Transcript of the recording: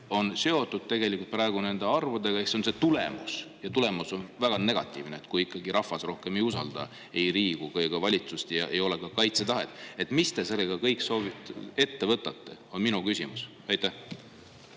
on seotud tegelikult praegu nende arvudega? See on see tulemus ja tulemus on väga negatiivne. Kui ikkagi rahvas rohkem ei usalda ei Riigikogu ega valitsust ja ei ole ka kaitsetahet, siis mis te kõige sellega ette võtate, on minu küsimus. Aitäh,